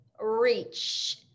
reach